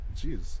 Jeez